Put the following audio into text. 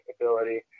ability